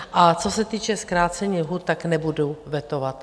A co se týče zkrácení lhůt, nebudu vetovat.